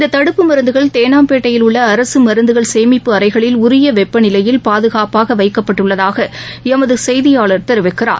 இந்ததடுப்பு மருந்துகள் தேனாம்பேட்டையில் உள்ளஅரசுமருந்துகள் சேமிப்பு அறைகளில் உரியவெப்பநிலையில் பாதுகாப்பாகவைக்கப்பட்டுள்ளதாகளமதுசெய்தியாளர் தெரிவிக்கிறார்